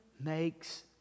makes